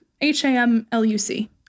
H-A-M-L-U-C